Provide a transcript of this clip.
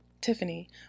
Tiffany